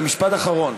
זה משפט אחרון.